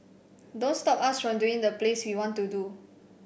don't stop us from doing the plays we want to do